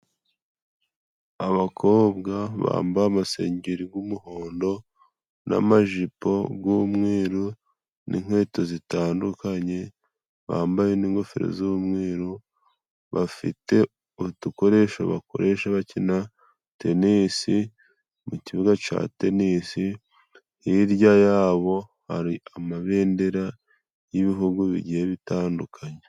Abakobwa bambaye amasengeri g'umuhondo, na majipo g'umweru, n'inkweto zitandukanye. Bambaye n'ingofero z'umweru, bafite utukoresho bakoresha bakina tenisi. Mu kibuga cya tenisi hirya yabo hari amabendera y'ibihugu bigiye bitandukanye.